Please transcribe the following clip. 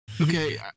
Okay